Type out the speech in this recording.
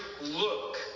look